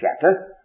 chapter